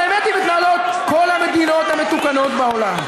והאמת היא, מתנהלות כל המדינות המתוקנות בעולם.